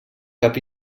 cap